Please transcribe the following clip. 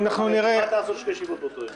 הוועדה יכולה לעשות שתי ישיבות באותו יום.